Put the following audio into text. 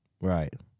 Right